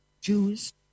Jews